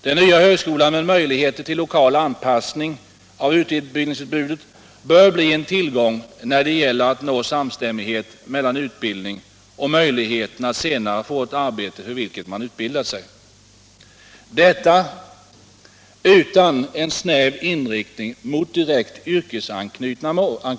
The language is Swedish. Den nya högskolan med möjligheter till lokal anpassning av utbildningsutbudet bör bli en tillgång när det gäller att nå samstämmighet mellan utbildning och möjligheten att senare få ett arbete, för vilket man utbildat sig — detta utan en snäv inriktning mot direkt yrkesanknutna mål.